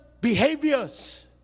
behaviors